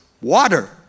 water